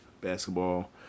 basketball